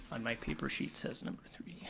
on my paper sheet says number three.